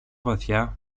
βαθιά